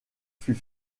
fut